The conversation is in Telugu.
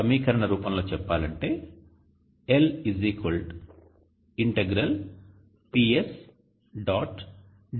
సమీకరణ రూపంలో చెప్పాలంటే L ∫ PS